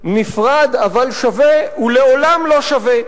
נפרד אבל שווה הוא לעולם לא שווה.